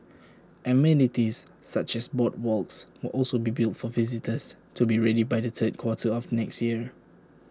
amenities such as boardwalks will also be built for visitors to be ready by the third quarter of next year